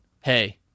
hey